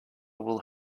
will